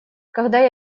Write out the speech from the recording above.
когда